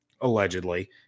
allegedly